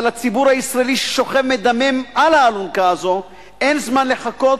אבל לציבור הישראלי ששוכב מדמם על האלונקה הזאת אין זמן לחכות,